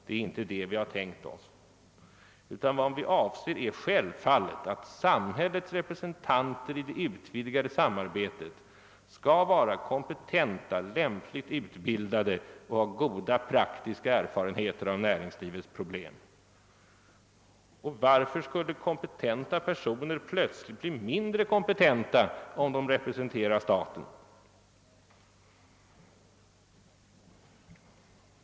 Det är inte det vi har tänkt oss. Vad vi avser är självfallet att samhällets representanter i det utvidgade samarbetet skall vara kompetenta och lämpligt utbildade och ha goda praktiska erfarenheter av näringslivets problem. Varför skulle kompetenta personer plötsligt bli mindre kompetenta enbart därför att de representerar staten?